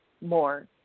more